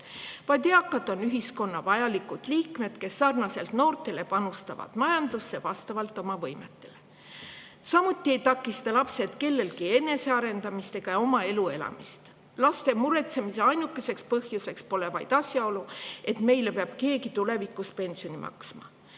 vaid eakad on ühiskonna vajalikud liikmed, kes sarnaselt noortele panustavad majandusse vastavalt oma võimetele. Samuti ei takista lapsed kellelgi enesearendamist ega oma elu elamist. Laste [saamise] ainukeseks põhjuseks pole vaid asjaolu, et meile peab keegi tulevikus pensioni maksma.